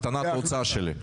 --- הקבוצה שלי.